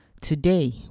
Today